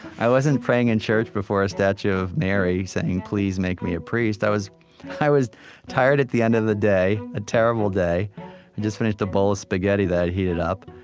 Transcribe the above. i wasn't praying in church before a statue of mary, saying, please make me a priest. i was i was tired at the end of the day, a terrible day, had just finished a bowl of spaghetti that i'd heated up,